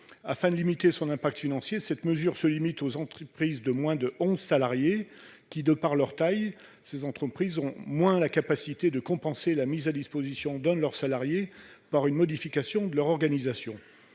Afin de limiter son impact financier, cette mesure est limitée aux entreprises de moins de onze salariés. De par leur taille, ces entreprises ont moins que les autres la capacité de compenser la mise à disposition d'un de leur salarié par une modification de leur organisation.